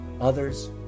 Others